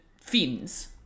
fins